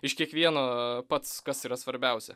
iš kiekvieno pats kas yra svarbiausia